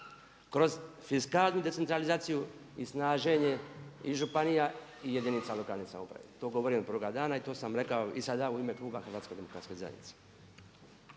kroz fiskalnu decentralizaciju i snaženje i županija i jedinica lokalne samouprave. To govorim od prvoga dana i to sam rekao i sada u ime kluba HDZ-a. **Reiner,